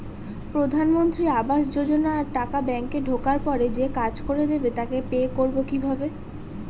প্রধানমন্ত্রী আবাস যোজনার টাকা ব্যাংকে ঢোকার পরে যে কাজ করে দেবে তাকে পে করব কিভাবে?